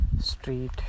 street